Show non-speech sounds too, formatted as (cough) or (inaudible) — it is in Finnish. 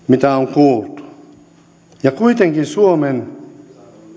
(unintelligible) mitä on kuultu ja kuitenkin suomen